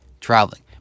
traveling